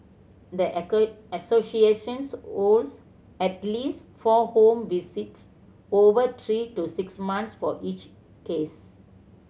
the associations holds at least four home visits over three to six months for each case